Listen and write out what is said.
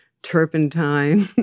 turpentine